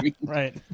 right